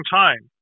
time